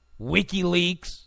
WikiLeaks